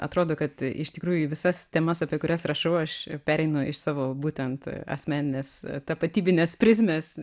atrodo kad iš tikrųjų visas temas apie kurias rašau aš pereinu iš savo būtent asmeninės tapatybinės prizmės